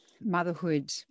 motherhood